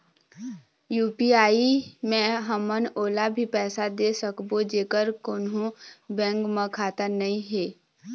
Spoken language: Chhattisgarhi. यू.पी.आई मे हमन ओला भी पैसा दे सकबो जेकर कोन्हो बैंक म खाता नई हे?